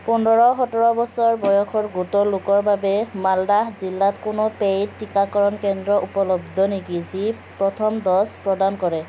পোন্ধৰ সোতৰ বছৰ বয়সৰ গোটৰ লোকৰ বাবে মালদাহ জিলাত কোনো পেইড টিকাকৰণ কেন্দ্ৰ উপলব্ধ নেকি যি প্ৰথম ড'জ প্ৰদান কৰে